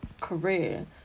career